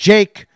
Jake